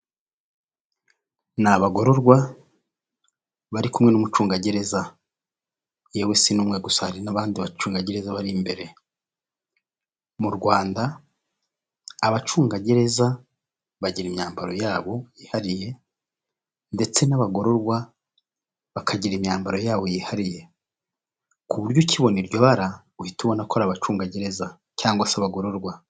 Ni abagororwa bari kumwe n'umucungagereza. Yewe si n'umwe gusa hari n'abandi bacungagereza bari imbere. Mu Rwanda abacungagereza bagira imyambaro yabo yihariye, ndetse n'abagororwa bakagira imyambaro yabo yihariye ku buryo ukibona iryo bara uhitabona ko ari abacungagereza cyangwa se abagororwa.